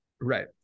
Right